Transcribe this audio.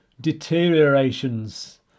deteriorations